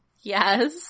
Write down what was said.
Yes